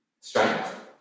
strength